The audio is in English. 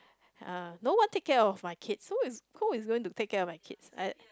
uh no one take care of my kids so we who is going to take care of my kids